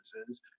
businesses